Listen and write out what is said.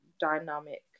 dynamic